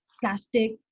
plastic